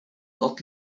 dat